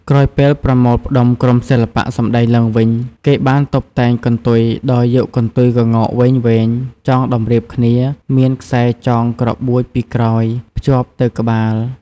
ក្រោយពេលប្រមូលផ្ដុំក្រុមសិល្បៈសម្ដែងឡើងវិញគេបានតុបតែងកន្ទុយដោយយកកន្ទុយក្ងោកវែងៗចងតម្រៀបគ្នាមានខ្សែចងក្របួចពីក្រោយភ្ជាប់ទៅក្បាល។